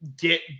get